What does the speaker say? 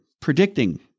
predicting